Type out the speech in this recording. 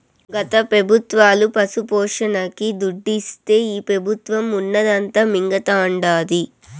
గత పెబుత్వాలు పశుపోషణకి దుడ్డిస్తే ఈ పెబుత్వం ఉన్నదంతా మింగతండాది